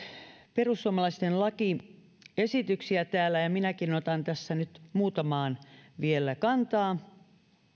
perussuomalaisten lakiesityksiä täällä ja minäkin otan tässä nyt muutamaan vielä kantaa